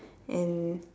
and